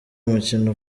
umukino